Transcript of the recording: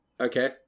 Okay